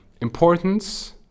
importance